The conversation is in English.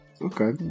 Okay